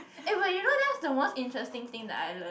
eh but you know that's the most interesting thing that I learnt